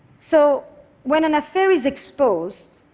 so when an affair is exposed,